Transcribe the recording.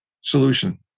solution